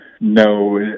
no